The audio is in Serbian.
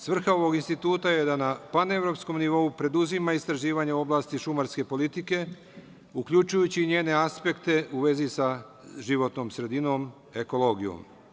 Svrha ovog Instituta je da na panevropskom nivou preduzima istraživanja u oblasti šumarske politike, uključujući i njene aspekte u vezi sa životnom sredinom, ekologijom.